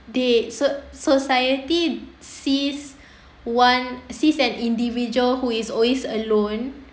they soc~ soc~ society sees one sees an individual who is always alone